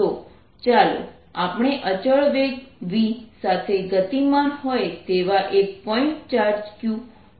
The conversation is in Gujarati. તો ચાલો આપણે અચળ વેગ v સાથે ગતિમાન હોય એવો એક પોઇન્ટ ચાર્જ q જોઈએ